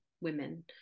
women